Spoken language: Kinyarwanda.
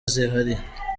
zihariye